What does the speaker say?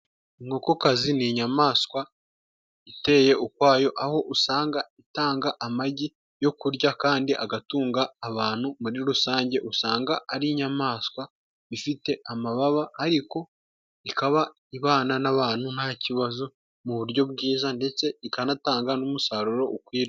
Inkokokazi ni inyamaswa iteye ukwayo, aho usanga itanga amagi yo kurya kandi agatunga abantu, muri rusange usanga ari inyamaswa ifite amababa ariko ikaba ibana n'abantu nta kibazo mu buryo bwiza, ndetse ikanatanga n'umusaruro ukwiriye.